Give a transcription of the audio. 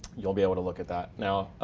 you'll be able to look at that. now,